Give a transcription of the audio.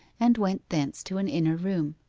and went thence to an inner room.